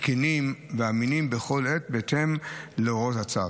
תקינים ואמינים בכל עת בהתאם להוראות הצו.